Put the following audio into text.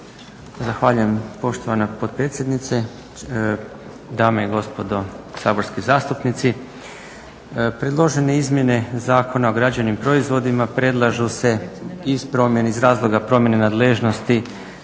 Zahvaljujem poštovana potpredsjednice, dame i gospodo saborski zastupnici. Predložene Izmjene Zakona o građenim proizvodima predlažu se iz razloga promjene nadležnosti